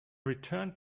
returned